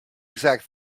exact